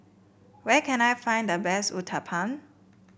where can I find the best Uthapam